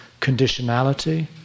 conditionality